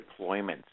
deployments